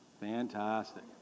fantastic